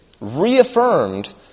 reaffirmed